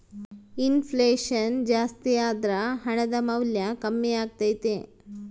ಇನ್ ಫ್ಲೆಷನ್ ಜಾಸ್ತಿಯಾದರ ಹಣದ ಮೌಲ್ಯ ಕಮ್ಮಿಯಾಗತೈತೆ